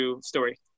story